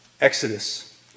Exodus